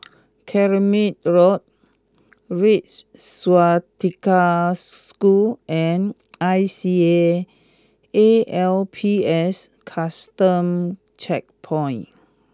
Carmichael Road Red Swastika School and I C A A L P S Custom Checkpoint